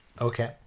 Okay